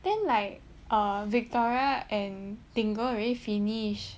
then like err victoria and tingle already finish